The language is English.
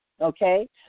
okay